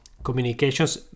Communications